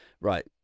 right